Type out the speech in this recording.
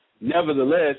nevertheless